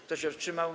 Kto się wstrzymał?